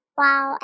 wow